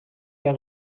der